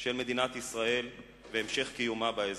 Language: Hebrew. של מדינת ישראל והמשך קיומה באזור.